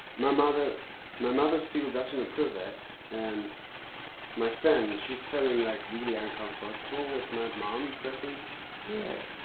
my mother my mother still doesn't approve it and my friend, she's feeling like really uncomfortable with my mom pressing yeah,